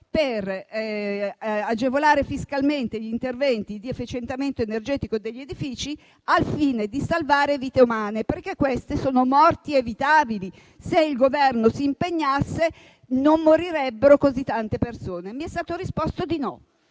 per agevolare fiscalmente gli interventi di efficientamento energetico degli edifici al fine di salvare vite umane, perché queste sono morti evitabili. Se il Governo si impegnasse, non morirebbero così tante persone. Mi è stato però risposto di no